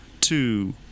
two